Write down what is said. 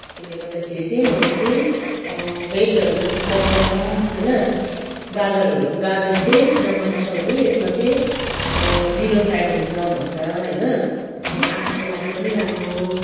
त्यसले गर्दाखेरि चाहिँ मलाई चाहिँ भेजहरू मनपर्छ होइन गाजरहरू गाजर चाहिँ किन मनपर्छ भने यसमा चाहिँ जिरो फ्याट हुन्छ भन्छ होइन आँखाको लागि पनि राम्रो हो